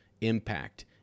impact